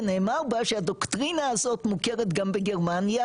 ונאמר בה שהדוקטרינה הזאת מוכרת גם בגרמניה,